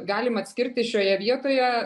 galim atskirti šioje vietoje